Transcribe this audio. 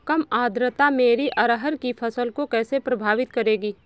कम आर्द्रता मेरी अरहर की फसल को कैसे प्रभावित करेगी?